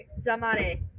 Damare